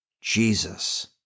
Jesus